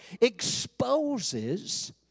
exposes